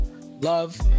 Love